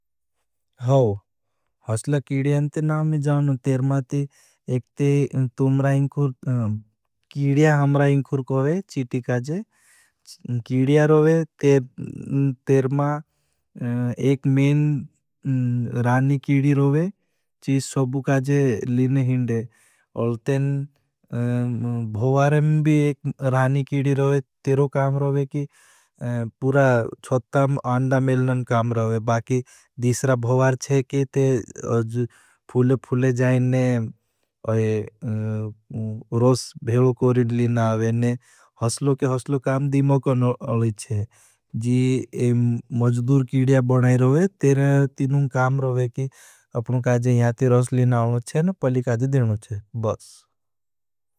हो, हसला कीडियां ते नामे जाओने तेर माती एक ते कीडिया हमरा इंखूर कोई चीटी काजे, कीडिया रोवे तेर मा। एक में राणी कीडि रोवे चीज सबु काजे लिने हिंदे, अल तेन भुवारें भी एक राणी कीडि रोवे तेरो काम रोवे की पुरा छथा आंडा म काम रोवे। बाकि दिश्रा भुवार चहे के ते फूले फूले जाएने रोस भेलो कोरिड लिना आवेने हसलो के हसलो काम दीमो का नलीच्छे। जी मजदूर कीडिया बनाई रोवे तेर तीनु काम रोवे की अपनु काजे याती रोस लिना आउनो चेन, पलिकाजे देनू बस।